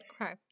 Okay